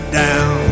down